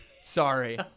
Sorry